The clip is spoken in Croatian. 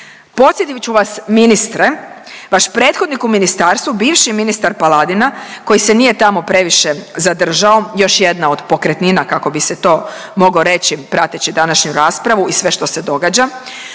Podsjetit ću vas, ministre, vaš prethodnik u ministarstvu, bivši ministar Paladina, koji se nije tamo previše zadržao, još jedna od pokretnina, kako bi se to moglo reći prateći današnju raspravu i sve što se događa,